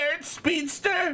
Speedster